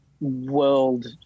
world